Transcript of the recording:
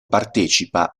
partecipa